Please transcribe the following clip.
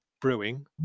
brewing